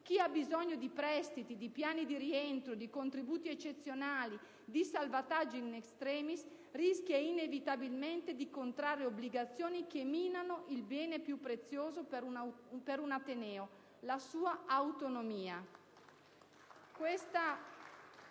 chi ha bisogno di prestiti, di piani di rientro, di contributi eccezionali, di salvataggi *in extremis*, rischia inevitabilmente di contrarre obbligazioni che minano il bene più prezioso per un ateneo: la sua autonomia. *(Applausi